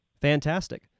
Fantastic